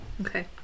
okay